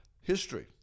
history